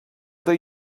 they